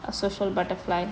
a social butterfly